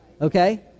okay